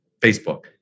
Facebook